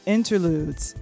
Interludes